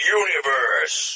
universe